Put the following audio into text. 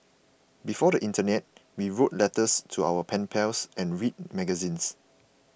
before the internet we wrote letters to our pen pals and read magazines